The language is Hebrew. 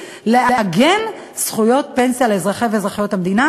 לעגן זכויות פנסיה לאזרחי ואזרחיות המדינה,